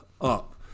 up